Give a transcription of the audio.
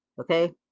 Okay